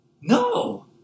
No